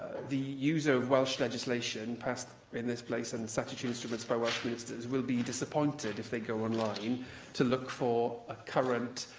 users of welsh legislation passed in this place and statutory instruments by welsh ministers will be disappointed if they go online to look for a current,